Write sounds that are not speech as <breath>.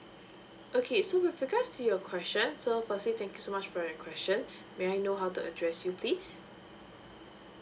okay so with regards to your question so firstly thank you so much for your question <breath> may I know how to address you please